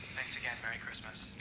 thanks again. merry christmas.